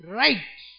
right